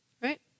Right